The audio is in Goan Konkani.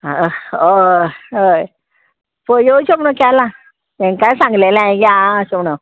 आं हय हय पळय येवचे म्हणो केलां हांकांय सांगलेलें हांयें या हा अशें म्हणो